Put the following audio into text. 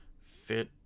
fit